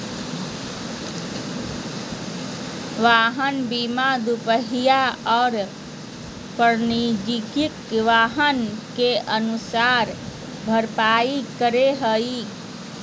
वाहन बीमा दूपहिया और वाणिज्यिक वाहन के नुकसान के भरपाई करै हइ